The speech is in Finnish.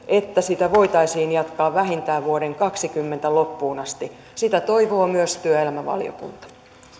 että sitä voitaisiin jatkaa vähintään vuoden kaksituhattakaksikymmentä loppuun asti sitä toivoo myös työelämävaliokunta